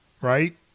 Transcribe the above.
right